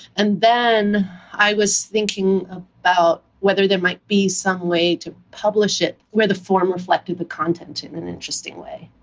and then i was thinking about whether there might be some way to publish it where the form reflected the content in an interesting way,